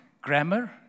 grammar